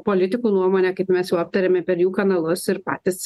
politikų nuomonę kaip mes jau aptarėme per jų kanalus ir patys